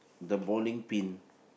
the bowling pin